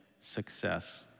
success